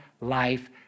life